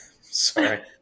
Sorry